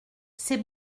ces